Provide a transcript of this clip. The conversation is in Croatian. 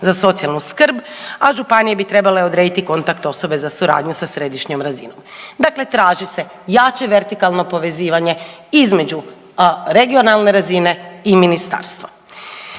za socijalnu skrb, a županije bi trebale odrediti kontakt osobe za suradnju sa središnjom razinom. Dakle traži se jače vertikalno povezivanje između regionalne razine i ministarstva.